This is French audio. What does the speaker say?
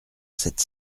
sept